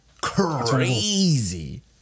crazy